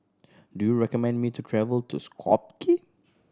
do you recommend me to travel to Skopje